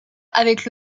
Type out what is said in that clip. avec